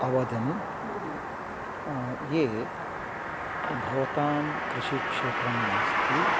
अवदन् ये भवतां कृषिक्षेत्रं नास्ति